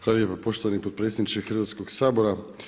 Hvala lijepa poštovani potpredsjednike Hrvatskog sabora.